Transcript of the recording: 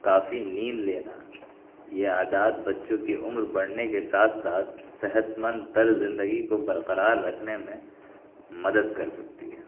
کافی نیند لینا یہ عادات بچوں کی عمر بڑھنے کے ساتھ ساتھ صحت مند تر زندگی کو برقرار رکھنے میں مدد کر سکتی ہیں